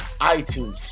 iTunes